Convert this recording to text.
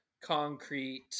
concrete